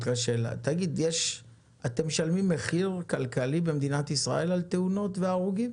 אתם משלמים מחיר כלכלי במדינת ישראל על תאונות והרוגים?